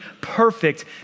perfect